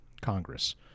Congress